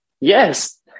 yes